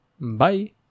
bye